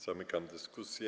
Zamykam dyskusję.